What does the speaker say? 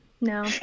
no